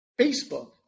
Facebook